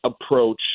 approach